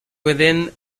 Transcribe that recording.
within